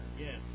Yes